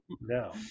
no